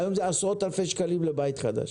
היום זה עשרות אלפי שקלים לבית חדש.